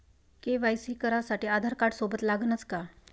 KYC करासाठी आधारकार्ड सोबत लागनच का?